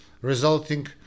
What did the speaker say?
resulting